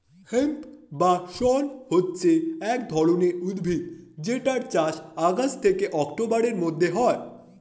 hemp বা শণ হচ্ছে এক ধরণের উদ্ভিদ যেটার চাষ আগস্ট থেকে অক্টোবরের মধ্যে হয়